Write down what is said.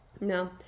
No